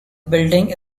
building